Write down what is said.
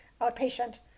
outpatient